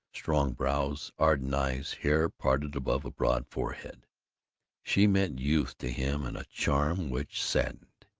strong brows, ardent eyes, hair parted above a broad forehead she meant youth to him and a charm which saddened.